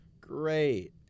Great